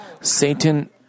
Satan